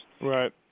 Right